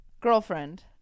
girlfriend